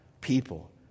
people